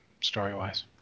story-wise